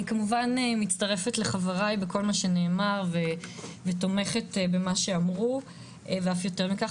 אני כמובן מצטרפת לחברי בכל מה שנאמר ותומכת במה שאמרו ואף יותר מכך.